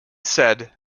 said